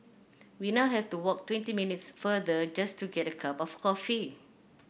we now have to walk twenty minutes farther just to get a cup of coffee